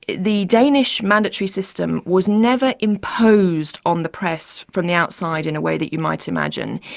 the danish mandatory system was never imposed on the press from the outside in a way that you might imagine.